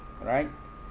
right